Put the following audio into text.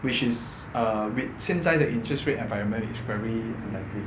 which is err weird 现在的 interest rate if I remember is very unlikely